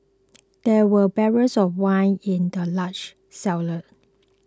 there were barrels of wine in the large cellar